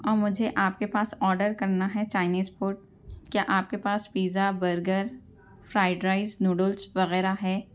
اور مجھے آپ کے پاس آڈر کرنا ہے چائنیز فوڈ کیا آپ کے پاس pizza burger fried rice noodles وغیرہ ہے